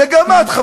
וגם את,